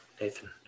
Nathan